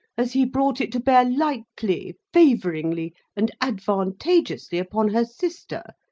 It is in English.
as he brought it to bear lightly, favouringly, and advantageously upon her sister,